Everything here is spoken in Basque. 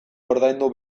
ordaindu